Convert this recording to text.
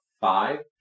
five